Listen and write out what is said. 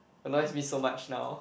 otherwise meet so much now